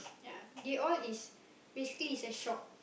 ya they all is basically is a shop